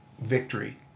victory